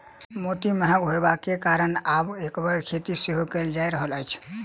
मोती महग होयबाक कारणेँ आब एकर खेती सेहो कयल जा रहल अछि